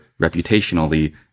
reputationally